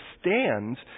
stands